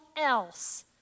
else